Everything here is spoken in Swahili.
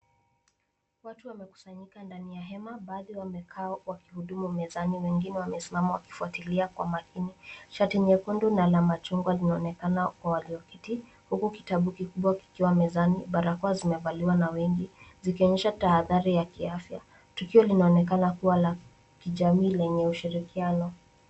Watu wamekusanyika ndani ya hema. Baadhi wameketi wakihudumu mezani wengine wamesimama wakifuatilia kwa makini. Shati nyekundu na la machungwa linaonekana kwa walioketi, huku kitabu kikubwa kikiwa mezani. Barakoa zimevaliwa na wengi zikionyesha tahadhari ya kiafya. Tukio linaonekana kuwa la kijamii lenye ushirikiano.